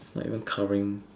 it's not even covering